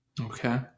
Okay